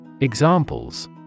Examples